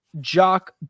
jock